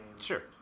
Sure